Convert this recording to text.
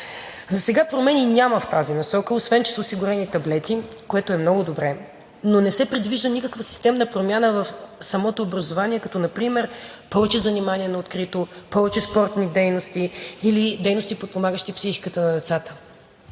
Засега промени няма в тази насока, освен че са осигурени таблети, което е много добре, но не се предвижда никаква системна промяна в самото образование, като например: повече занимания на открито, повече спортни дейности или дейности, подпомагащи психиката на децата.